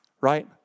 right